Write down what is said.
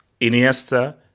Iniesta